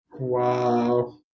Wow